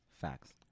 Facts